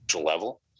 level